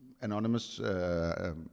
Anonymous